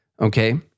Okay